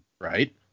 Right